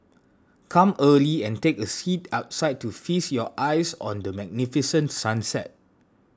come early and take a seat outside to feast your eyes on the magnificent sunset